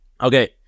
Okay